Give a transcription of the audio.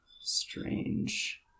strange